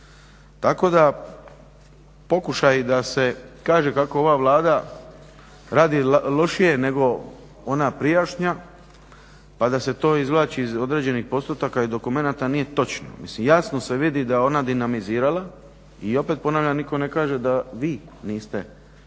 Tako da pokušaji da se kaže kako ova Vlada radi lošije nego ona prijašnja pa da se to izvlači iz određenih postotaka i dokumenta nije točno. Jasno se vidi da je ona dinamizirala i opet ponavljam nitko ne kaže da vi niste